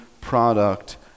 product